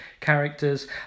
characters